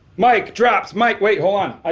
mic drops. mic. wait, hold on.